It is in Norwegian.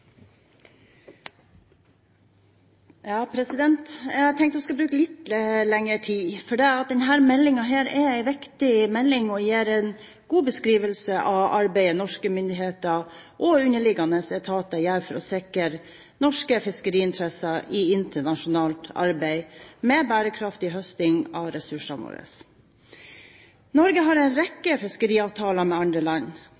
viktig og gir en god beskrivelse av arbeidet norske myndigheter og underliggende etater gjør for å sikre norske fiskeriinteresser internasjonalt og arbeidet med bærekraftig høsting av ressursene våre. Norge har en rekke fiskeriavtaler med andre land.